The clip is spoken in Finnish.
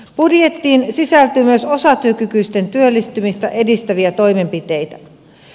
budjettiin sisältyy myös osatyökykyisten työllistymistä edistäviä toimenpiteitä